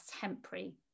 temporary